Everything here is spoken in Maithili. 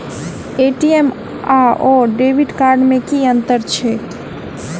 ए.टी.एम आओर डेबिट कार्ड मे की अंतर छैक?